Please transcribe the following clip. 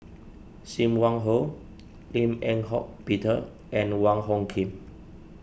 Sim Wong Hoo Lim Eng Hock Peter and Wong Hung Khim